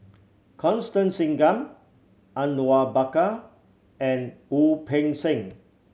Constance Singam Awang Bakar and Wu Peng Seng